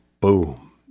boom